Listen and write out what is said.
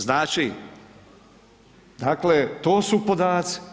Znači, dakle to su podaci.